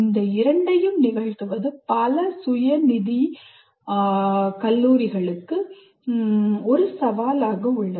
இந்த இரண்டையும் நிகழ்த்துவது பல சுயநிதியியல் கல்லூரிகளுக்கு ஒரு சவாலாக உள்ளது